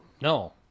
no